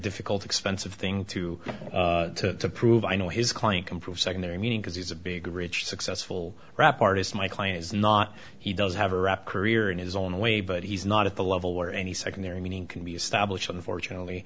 difficult expensive thing to to prove i know his client can prove secondary meaning because he's a big rich successful rap artist my client is not he does have a rap career in his own way but he's not at the level where any secondary meaning can be established unfortunately